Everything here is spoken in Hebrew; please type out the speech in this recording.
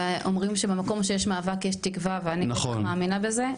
ואומרים שבמקום שיש מאבק יש תקווה ואני בטח מאמינה בזה,